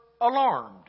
alarmed